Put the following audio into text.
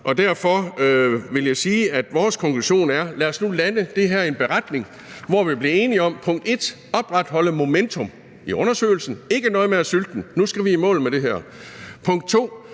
Derfor vil jeg sige, at vores konklusion er: Lad os nu lande det her i en beretning, hvor vi bliver enige om 1) at opretholde momentum i undersøgelsen – ikke noget med at sylte den, nu skal vi i mål med det her, og 2)